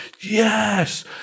yes